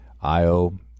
Io